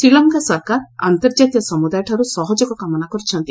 ଶ୍ରୀଲଙ୍କା ସରକାର ଅନ୍ତର୍ଜାତୀୟ ସମୁଦାୟଠାରୁ ସହଯୋଗ କାମନା କରିଛନ୍ତି